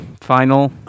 Final